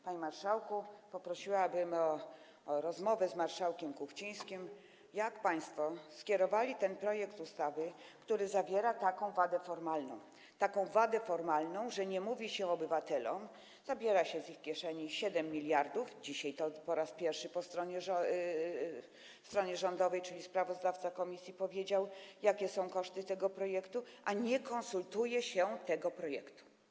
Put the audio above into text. Panie marszałku, poprosiłabym o rozmowę z marszałkiem Kuchcińskim na temat tego, jak państwo skierowali ten projekt ustawy, który zawiera taką wadę formalną, że nie mówi się o tym obywatelom, że zabiera się z ich kieszeni 7 mld - dzisiaj to po raz pierwszy pojawiło się ze strony rządowej, czyli sprawozdawca komisji powiedział, jakie są koszty tego projektu - a nie konsultuje się tego projektu.